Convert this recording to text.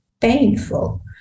painful